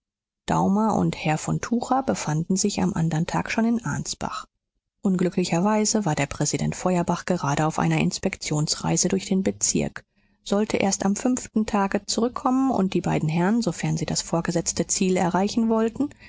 daumer und herr von tucher befanden sich am andern tag schon in ansbach unglücklicherweise war der präsident feuerbach gerade auf einer inspektionsreise durch den bezirk sollte erst am fünften tag zurückkommen und die beiden herren sofern sie das vorgesetzte ziel erreichen wollten